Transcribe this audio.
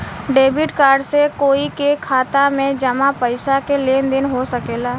debit card से कोई के खाता में जामा पइसा के लेन देन हो सकेला